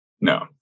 No